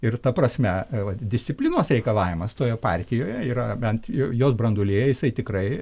ir ta prasme vat disciplinos reikalavimas toje partijoje yra bent jos branduolyje jisai tikrai